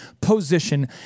position